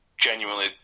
Genuinely